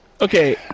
Okay